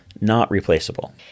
Not-replaceable